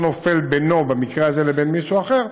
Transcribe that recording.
זה לא נופל בינו במקרה הזה לבין מישהו אחר,